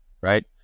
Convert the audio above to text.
right